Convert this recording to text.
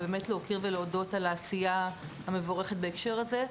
ולהוקיר ולהודות על העשייה המבורכת בהקשר הזה.